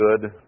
good